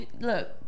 look